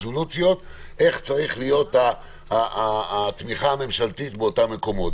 איך צריכה להיות התמיכה הממשלתית באותם המקומות.